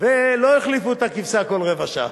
ולא החליפו את הכבשה כל רבע שעה.